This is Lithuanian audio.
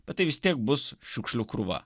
bet tai vis tiek bus šiukšlių krūva